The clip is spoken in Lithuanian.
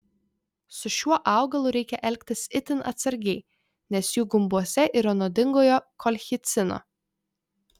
su šiuo augalu reikia elgtis itin atsargiai nes jų gumbuose yra nuodingojo kolchicino